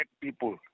people